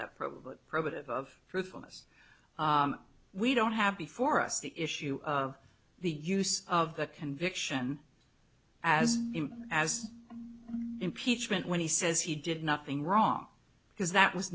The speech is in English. that probably probative of truthfulness we don't have before us the issue of the use of the conviction as as impeachment when he says he did nothing wrong because that was